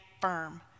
firm